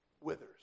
withers